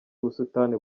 ubusitani